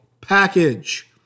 package